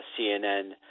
CNN